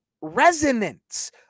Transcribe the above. resonance